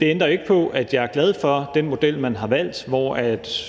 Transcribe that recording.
Det ændrer ikke på, at jeg er glad for den model, man har valgt, hvor